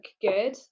good